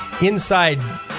inside